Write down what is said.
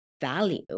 value